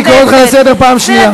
אני קורא אותך לסדר פעם שנייה.